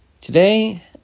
Today